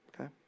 Okay